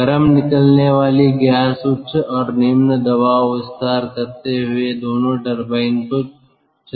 गरम निकलने वाली गैस उच्च और निम्न दबाव विस्तार करते हुए दोनों टर्बाइन को चलाती हैं